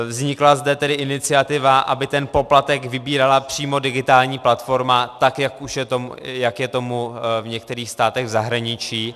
Vznikla zde tedy iniciativa, aby ten poplatek vybírala přímo digitální platforma, tak jak je tomu v některých státech v zahraničí.